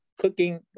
cooking